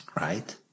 Right